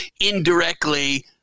indirectly